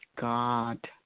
god